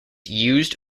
used